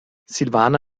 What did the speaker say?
silvana